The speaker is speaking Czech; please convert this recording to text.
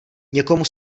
někomu